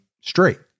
straight